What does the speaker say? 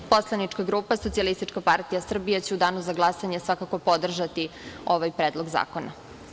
Poslanička grupa Socijalistička partija Srbije će u danu za glasanje svakako podržati ovaj predlog zakona.